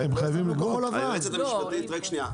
רגע, שניה.